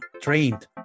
trained